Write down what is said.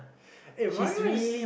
eh Maria is